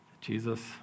Jesus